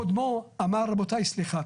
קודמו אמר רבותיי סליחה,